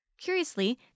Curiously